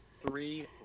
Three